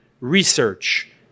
research